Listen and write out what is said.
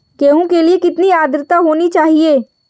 गेहूँ के लिए कितनी आद्रता होनी चाहिए?